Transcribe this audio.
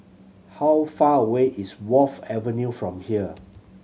how far away is Wharf Avenue from here